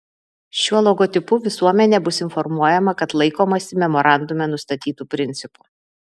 šiuo logotipu visuomenė bus informuojama kad laikomasi memorandume nustatytų principų